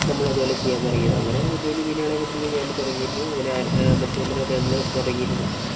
നമ്മളും അതുപോലെ ചെയ്യാൻ തുടങ്ങിയത് അങ്ങനെ വലിയ വലിയ മീനുകളെയൊക്കെ പിടിക്കാൻ ഞാനും തുടങ്ങിയിരുന്നു അങ്ങനെ മൽസ്യബന്ധനം ഒക്കെ നമ്മൾ തുടങ്ങിയിരുന്നു